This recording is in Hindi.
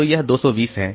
तो यह 220 है